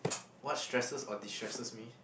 what stresses or destresses me